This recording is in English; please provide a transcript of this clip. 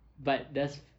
but does